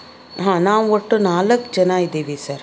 ಹಾಂ ನಾವು ಒಟ್ಟು ನಾಲ್ಕು ಜನ ಇದ್ದೀವಿ ಸರ್